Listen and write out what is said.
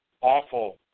awful